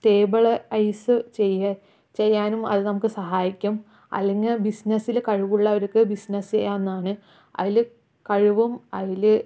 stabilise ചെയ്യാനും അത് നമുക്ക് സഹായിക്കും അല്ലെങ്കിൽ ബിസിനസ്സില് കഴിവുള്ളവർക്ക് ബിസിനസ്സ് ചെയ്യാവുന്നതാണ് അതില് കഴിവും അതില്